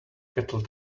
kettle